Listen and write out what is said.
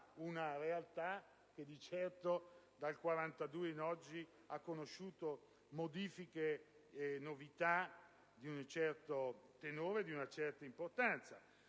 una realtà che di certo dal 1942 ad oggi ha conosciuto modifiche e novità di un certo tenore e di una certa importanza.